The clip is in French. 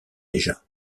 déjà